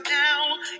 now